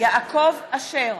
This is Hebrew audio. יעקב אשר,